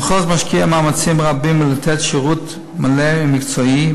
המחוז משקיע מאמצים רבים לתת שירות מלא ומקצועי,